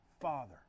father